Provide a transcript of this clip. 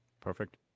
Perfect